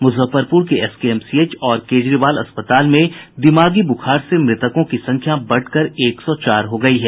मुजफ्फरपुर के एसकेएमसीएच और केजरीवाल अस्पताल में दिमागी ब्रखार से मृतकों की संख्या बढ़कर एक सौ चार हो गयी है